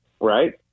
right